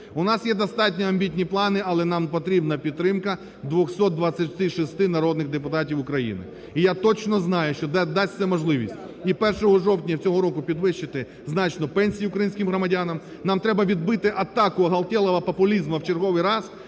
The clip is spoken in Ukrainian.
У нас є достатньо амбітні плани, але нам потрібна підтримка 226 народних депутатів України. І я точно знаю, що дасться можливість і 1 жовтня цього року підвищити значно пенсії українським громадянам, нам треба відбити атаку оголтелого популізму в черговий раз